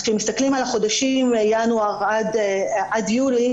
אז כשמסתכלים על החודשים ינואר עד יולי